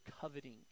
coveting